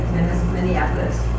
Minneapolis